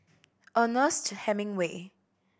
Ernest Hemingway